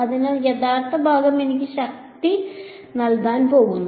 അതിനാൽ യഥാർത്ഥ ഭാഗം എനിക്ക് ശക്തി നൽകാൻ പോകുന്നു